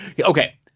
okay